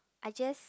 I just